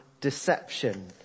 deception